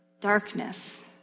darkness